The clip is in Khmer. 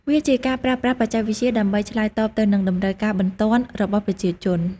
វាជាការប្រើប្រាស់បច្ចេកវិទ្យាដើម្បីឆ្លើយតបទៅនឹងតម្រូវការបន្ទាន់របស់ប្រជាជន។